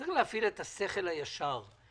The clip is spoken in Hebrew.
צריך להפעיל את השכל הישר.